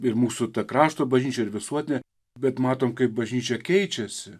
ir mūsų krašto bažnyčių ir visuotinė bet matom kaip bažnyčia keičiasi